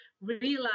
realize